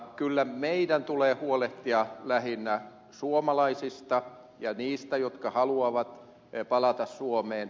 kyllä meidän tulee huolehtia lähinnä suomalaisista ja niistä jotka haluavat palata suomeen